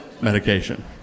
medication